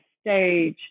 stage